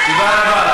תודה רבה.